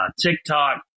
TikTok